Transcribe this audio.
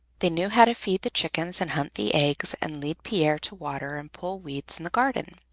they knew how to feed the chickens and hunt the eggs and lead pier to water and pull weeds in the garden.